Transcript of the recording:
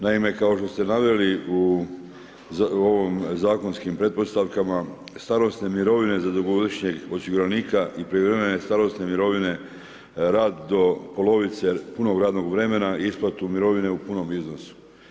Naime, kao što ste naveli u ovim zakonskim pretpostavkama starosne mirovine za dugogodišnjeg osiguranika i prijevremene starosne mirovine rad do polovice punog radnog vremena i isplatu mirovine u punom iznosu.